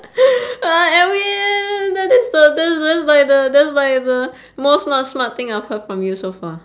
edwin that is the that's that's like the that's like the most smart smart thing I've heard from you so far